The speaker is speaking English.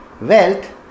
wealth